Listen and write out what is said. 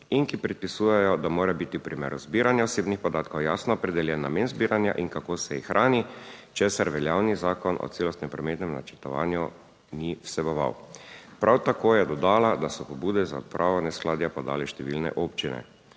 in ki predpisujejo, da mora biti v primeru zbiranja osebnih podatkov jasno opredeljen namen zbiranja in kako se jih hrani, česar veljavni zakon o celostnem prometnem načrtovanju ni vseboval. Prav tako je dodala, da so pobude za odpravo neskladja podali številne občine.